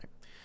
right